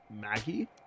maggie